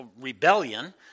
rebellion